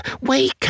wake